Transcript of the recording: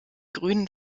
grünen